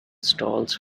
stalls